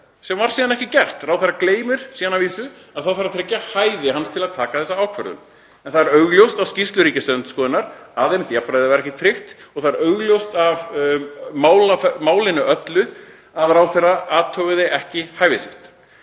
sem var síðan ekki gert. Ráðherra gleymir síðan að vísu að þá þarf að tryggja hæfi hans til að taka þessa ákvörðun. En það er augljóst af skýrslu Ríkisendurskoðunar að jafnræði var ekki tryggt, og það er augljóst af málinu öllu að ráðherra athugaði ekki hæfi sitt.